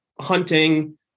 hunting